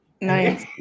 Nice